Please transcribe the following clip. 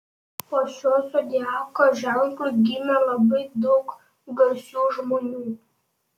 po šiuo zodiako ženklu gimė labai daug garsių žmonių